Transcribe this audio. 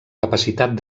capacitat